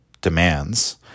demands